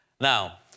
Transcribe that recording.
Now